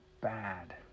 bad